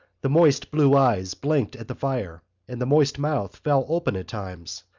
the moist blue eyes blinked at the fire and the moist mouth fell open at times,